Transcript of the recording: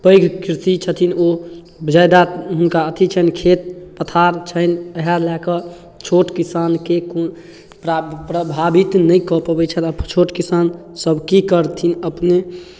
पैघ कृषि छथिन ओ ज्यादा हुनका अथि छनि खेत पथार छनि उएह लए कऽ छोट किसानकेँ को प्रा प्रभावित नहि कऽ पबै छथि छोट किसानसभ की करथिन अपने